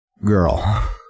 girl